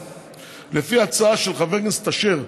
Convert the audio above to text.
לפי הצעה של חבר כנסת אשר,